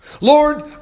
Lord